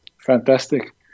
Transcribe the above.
Fantastic